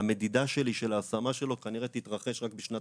המדידה שלי של ההשמה שלו כנראה תתרחש רק בשנת